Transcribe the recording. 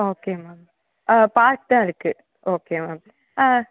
okay ma'am ஆ park தான் இருக்குது ஓகே மேம் ஆ